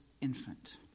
infant